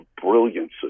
brilliance